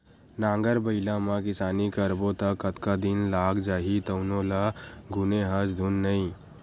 नांगर बइला म किसानी करबो त कतका दिन लाग जही तउनो ल गुने हस धुन नइ